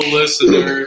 listener